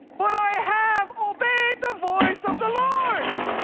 but i have obeyed the voice of the lord,